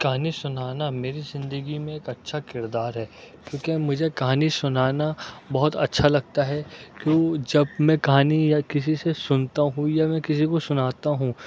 کہانی سنانا میری زندگی میں ایک اچھا کردار ہے کیونکہ مجھے کہانی سنانا بہت اچھا لگتا ہے کیوں جب میں کہانی یا کسی سے سنتا ہوں یا کسی کو سناتا ہوں